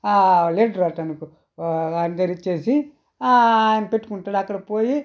litter అట్టనుకో వాళ్ళ దగ్గర ఇచ్చేసి ఆయన పెట్టుకుంటాడు అక్కడికి పోయి